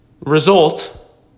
Result